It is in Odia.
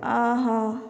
ଆ ହଁ